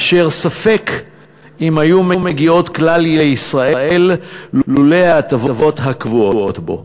אשר ספק אם היו מגיעות בכלל לישראל לולא ההטבות הקבועות בו.